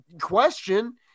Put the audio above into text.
question